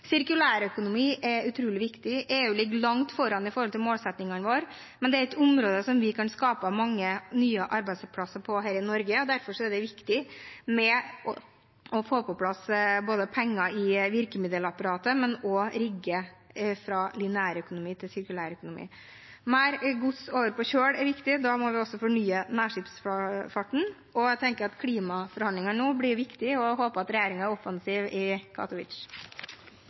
Sirkulærøkonomi er utrolig viktig. EU ligger langt foran i forhold til målsettingene våre, men det er et område som vi kan skape mange nye arbeidsplasser på her i Norge. Derfor er det viktig både å få på plass penger i virkemiddelapparatet og å rigge fra lineærøkonomi til sirkulærøkonomi. Å få mer gods over på kjøl er viktig. Da må vi også fornye nærskipsfarten. Jeg tenker at klimaforhandlingene blir viktige, og jeg håper regjeringen er offensiv i Katowice.